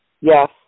Yes